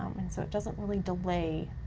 um and so it doesn't really delay